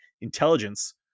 intelligence